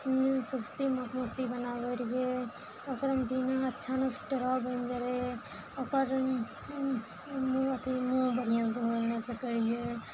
गणेश जीके मूर्ति बनाबय रहियइ ओकर अच्छा नहि टेढ़ो बनि जाइ रहय ओकर मुँह अथी मुँह बढ़िआँ घुमय नहि सकय रहियइ